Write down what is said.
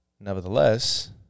nevertheless